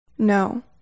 No